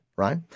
right